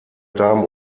damen